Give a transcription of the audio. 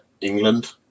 England